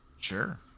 sure